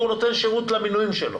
והוא נותן שרות למינויים שלו